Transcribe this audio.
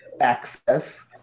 access